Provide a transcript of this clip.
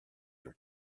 your